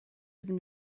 even